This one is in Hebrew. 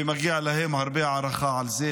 ומגיעה להם הרבה הערכה על זה,